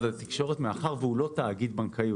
התקשורת מאחר והוא לא תאגיד בנקאי,